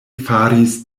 faris